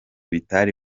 bitari